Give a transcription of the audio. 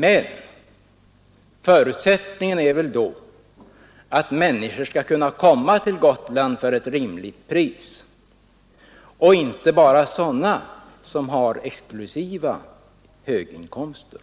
Men förutsättningen är då att människorna skall kunna komma till Gotland för ett rimligt pris — inte bara sådana människor som har exklusivt höga inkomster.